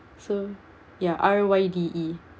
so ya RYDE